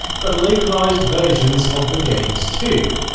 but localised versions of the games too.